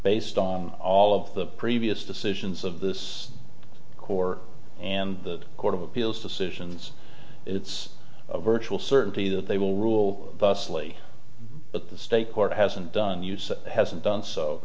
based on all of the previous decisions of this corps and the court of appeals decisions it's a virtual certainty that they will rule us lee but the state court hasn't done use hasn't done so